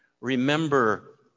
Remember